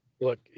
Look